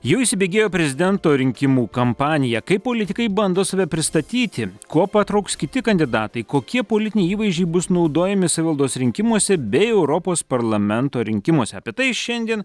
jau įsibėgėjo prezidento rinkimų kampanija kaip politikai bando save pristatyti kuo patrauks kiti kandidatai kokie politiniai įvaizdžiai bus naudojami savivaldos rinkimuose bei europos parlamento rinkimuose apie tai šiandien